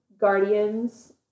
Guardians